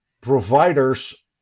providers